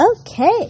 Okay